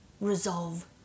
resolve